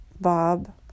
bob